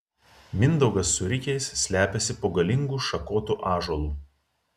mindaugas su rikiais slepiasi po galingu šakotu ąžuolu